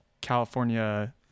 california